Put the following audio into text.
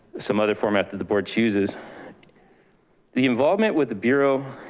some other format that the board chooses the involvement with the bureau